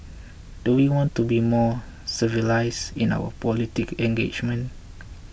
do we want to be more civilised in our political engagement